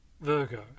Virgo